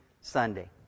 Sunday